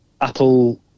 Apple